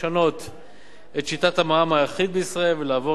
את שיטת המע"מ האחיד בישראל ולעבור למע"מ דיפרנציאלי,